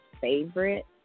favorite